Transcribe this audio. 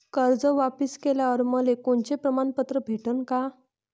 कर्ज वापिस केल्यावर मले कोनचे प्रमाणपत्र भेटन का?